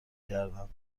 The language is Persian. کردند